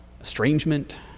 estrangement